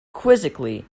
quizzically